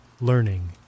learning